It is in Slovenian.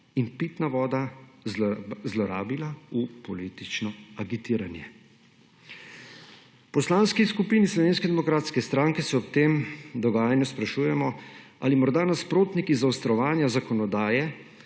in pitna voda zlorabila v politično agitiranje. V Poslanski skupini Slovenske demokratske stranke se ob tem dogajanju sprašujemo, ali morda nasprotniki zaostrovanja zakonodaje,